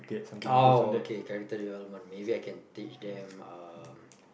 oh okay character development maybe I can teach them um